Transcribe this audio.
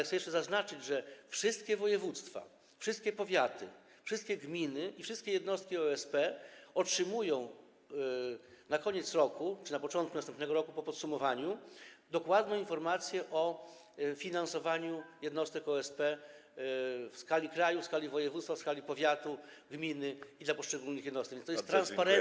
Chcę jeszcze zaznaczyć, że wszystkie województwa, wszystkie powiaty, wszystkie gminy i wszystkie jednostki OSP otrzymują na koniec roku czy na początku następnego roku po podsumowaniu dokładną informację o finansowaniu jednostek OSP w skali kraju, w skali województwa, w skali powiatu, gminy i dla poszczególnych jednostek, więc to jest transparentne.